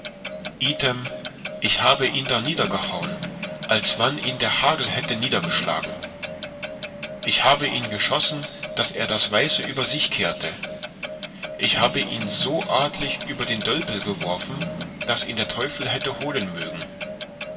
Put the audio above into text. ich habe ihn darnieder gehauen als wann ihn der hagel hätte niedergeschlagen ich habe ihn geschossen daß er das weiße über sich kehrte ich habe ihn so artlich über den dölpel geworfen daß ihn der teufel hätte holen mögen